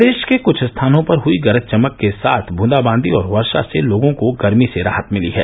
प्रदेष के कुछ स्थानों पर हुई गरज चमक के साथ बूंदाबांदी और वर्शा से लोगों को गर्मी से राहत मिली है